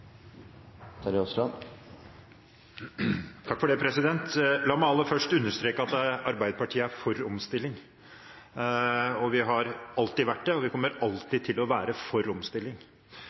Terje Aasland – til oppfølgingsspørsmål. La meg aller først understreke at Arbeiderpartiet er for omstilling. Vi har alltid vært det, og vi kommer alltid til å være for omstilling.